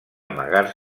amagar